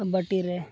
ᱵᱟᱹᱴᱤ ᱨᱮ